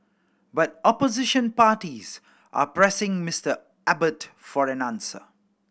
but opposition parties are pressing Mister Abbott for an answer